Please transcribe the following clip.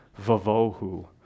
vavohu